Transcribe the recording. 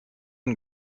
and